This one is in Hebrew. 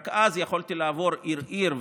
רק אז יכולתי לעבור עיר-עיר,